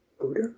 Buddha